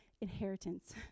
inheritance